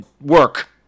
work